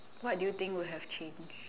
what do you think would have changed